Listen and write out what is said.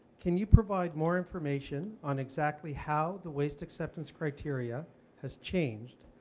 can you provide more information on exactly how the waste acceptance criteria has changed,